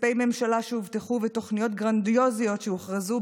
כספי ממשלה שהובטחו ותוכניות גרנדיוזיות שהוכרזו,